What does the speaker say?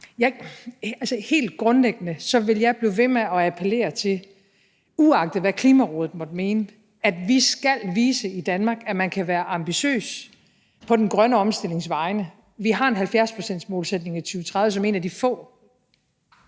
helt grundlæggende vil jeg blive ved med at appellere til, uagtet hvad Klimarådet måtte mene, at vi i Danmark skal vise, at man kan være ambitiøs på den grønne omstillings vegne – vi har en 70-procentsmålsætning i 2030 som et af de få